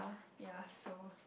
ya so